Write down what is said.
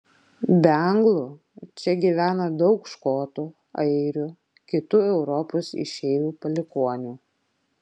be anglų čia gyvena daug škotų airių kitų europos išeivių palikuonių